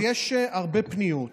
אז יש הרבה פניות,